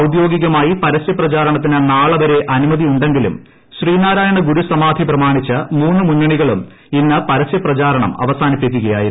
ഔദ്യോഗികമായി പരസ്യപ്രചാരണത്തിന് നാളെ വരെ അനുമതിയുങ്കിലും ശ്രീനാരായണ ഗുരു സമാധി പ്രമാണിച്ച് മൂന്നു മുന്നണികളും ഇന്ന് പരസ്യപ്രചാരണം അവസാനിപ്പിക്കുകയായിരുന്നു